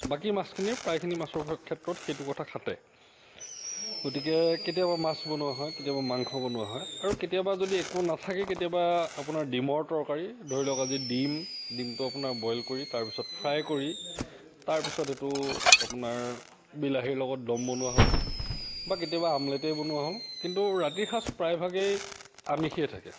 বাকী মাছখিনিৰ প্ৰায়খিনি মাছৰ ক্ষেত্ৰত সেইটো কথা খাটে গতিকে কেতিয়াবা মাছ বনোৱা হয় কেতিয়াবা মাংস বনোৱা হয় আৰু কেতিয়াবা যদি একো নাথাকে কেতিয়াবা আপোনাৰ ডিমৰ তৰকাৰী আপোনাৰ ধৰি লওক আজি ডিম দিনটো আপোনাৰ বইল কৰি তাৰ পিছত ফ্ৰাই কৰি তাৰ পিছত সেইটো আপোনাৰ বিলাহীৰ লগত দ'ম বনোৱা হ'ল বা কেতিয়াবা আমলেটেই বনোৱা হ'ল কিন্তু ৰাতিৰ সাঁজ প্ৰায় ভাগেই আমিষেই থাকে